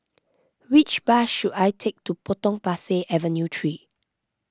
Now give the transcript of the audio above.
which bus should I take to Potong Pasir Avenue three